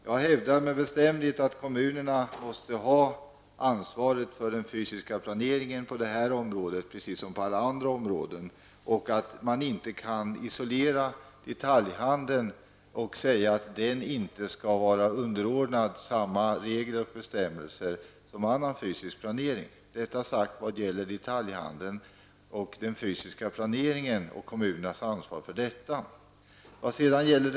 Jag hävdar med bestämdhet att kommunerna måste ha ansvaret för den fysiska planeringen på detta liksom på alla andra områden och att man inte kan isolera detaljhandeln och säga att denna inte skall vara underordnad samman regler och bestämmelser som annat fysisk planering. Detta sagt vad beträffar detaljhandeln och kommunernas ansvar för den fysiska planeringen.